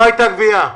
לא הייתה גבייה.